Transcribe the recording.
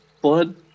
blood